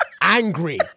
angry